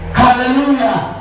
hallelujah